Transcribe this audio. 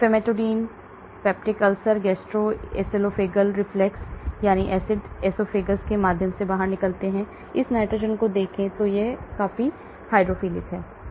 famotidine peptic ulcer gastro oesophageal reflux यानी acid oesophagus के माध्यम से बाहर निकलते हैं इस नाइट्रोजन को देखें तो यह काफी हाइड्रोफिलिक है